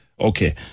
Okay